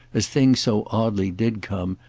as things so oddly did come,